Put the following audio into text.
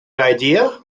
idea